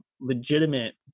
legitimate